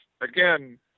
again